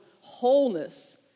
wholeness